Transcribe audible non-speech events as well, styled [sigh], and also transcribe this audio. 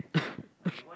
[coughs]